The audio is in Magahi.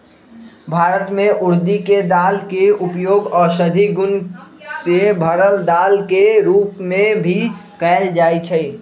भारत में उर्दी के दाल के उपयोग औषधि गुण से भरल दाल के रूप में भी कएल जाई छई